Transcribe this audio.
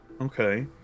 okay